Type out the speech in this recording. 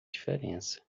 diferença